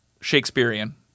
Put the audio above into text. Shakespearean